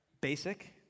Basic